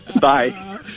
Bye